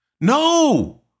No